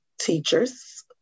teachers